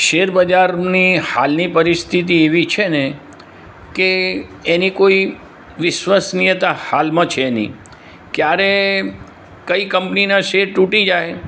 share બજારની હાલની પરિસ્થિતિ એવી છે ને કે એની કોઈ વિશ્વસનિયતા હાલમાં છે નહીં ક્યારે કઈ કંપનીના શેર તૂટી જાય